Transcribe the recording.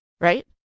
right